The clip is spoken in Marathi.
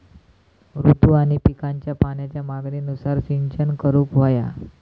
ऋतू आणि पिकांच्या पाण्याच्या मागणीनुसार सिंचन करूक व्हया